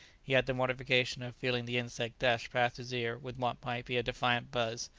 he had the mortification of feeling the insect dash past his ear with what might be a defiant buzz,